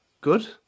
Good